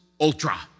ultra